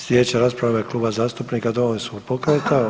Sljedeća rasprava je Kluba zastupnika Domovinskog pokreta.